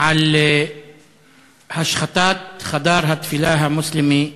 על השחתת חדר התפילה המוסלמי במכללה,